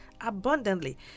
abundantly